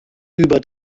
über